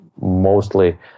mostly